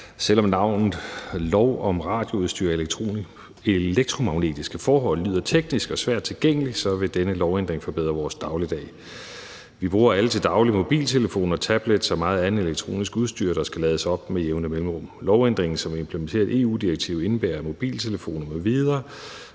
forslag til lov om radioudstyr og elektromagnetiske forhold lyder teknisk og svært tilgængeligt, vil denne lovændring forbedre vores dagligdag. Vi bruger alle til daglig mobiltelefoner, tablets og meget andet elektronisk udstyr, der skal lades op med jævne mellemrum. Lovændringen, som implementerer et EU-direktiv, indebærer, at mobiltelefoner m.v.